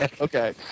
Okay